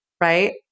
right